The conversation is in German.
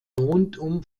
rundum